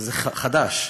וזה חדש,